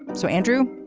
so, andrew,